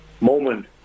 moment